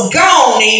gone